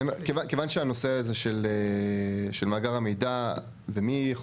כיוון שהנושא הזה של מאגר המידע ומי יכול